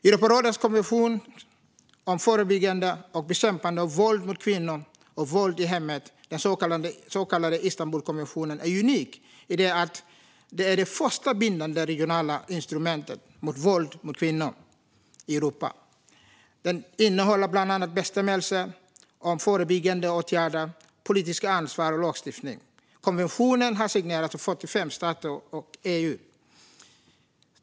Europarådets konvention om förebyggande och bekämpning av våld mot kvinnor och våld i hemmet, den så kallade Istanbulkonventionen, är unik i det att det är det första bindande regionala instrumentet mot våld mot kvinnor i Europa. Den innehåller bland annat bestämmelser om förebyggande åtgärder, politiskt ansvar och lagstiftning. Konventionen har signerats av 45 stater och EU.